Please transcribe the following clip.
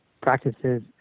practices